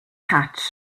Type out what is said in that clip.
hatch